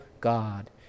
God